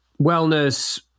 wellness